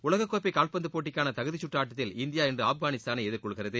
உலக கோப்பை கால்பந்து போட்டிக்கான தகுதி கற்று ஆட்டத்தில் இந்தியா இன்று ஆப்கானிஸ்தானை எதிர்கொள்கிறது